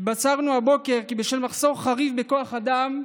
התבשרנו הבוקר כי בשל מחסור חריף בכוח אדם,